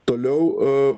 toliau a